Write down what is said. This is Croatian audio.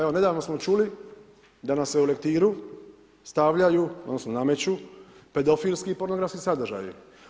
Evo, nedavno smo čuli da nam se u lektiru stavljaju, odnosno nameću pedofilski i pornografski sadržaji.